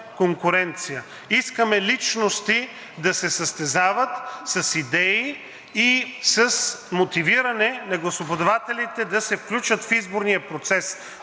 Искаме личности да се състезават с идеи и с мотивиране на гласоподавателите да се включат в изборния процес,